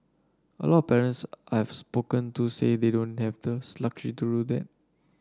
a lot of parents I have spoken to say they don't have the luxury to do that